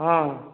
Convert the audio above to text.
ହଁ